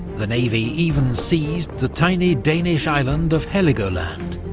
the navy even seized the tiny danish island of heligoland,